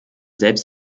selbst